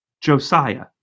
Josiah